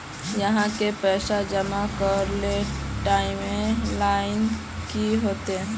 आहाँ के पैसा जमा करे ले टाइम लाइन की होते?